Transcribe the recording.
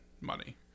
money